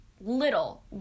little